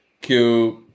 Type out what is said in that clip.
Cube